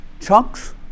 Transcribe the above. chunks